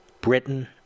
Britain